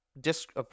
disc